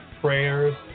prayers